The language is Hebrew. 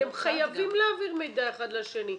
אתם חייבים להעביר מידע אחד לשני.